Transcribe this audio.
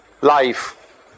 life